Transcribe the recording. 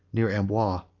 near amboise.